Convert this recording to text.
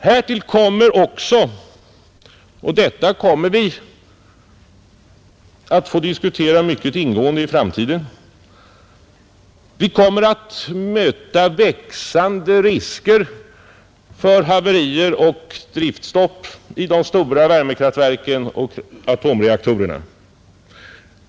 Härtill kommer också — och detta kommer vi att få diskutera mycket ingående i framtiden — att vi kommer att få möta växande risker för haverier och driftstopp i de stora värmekraftverken och atomreaktorerna.